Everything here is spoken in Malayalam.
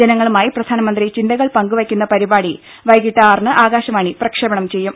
ജനങ്ങളുമായി പ്രധാനമന്ത്രി ചിന്തകൾ പങ്കുവയ്ക്കുന്ന പരിപാടി വൈകീട്ട് ആറിന് ആകാശവാണി പ്രക്ഷേപണം ചെയ്യും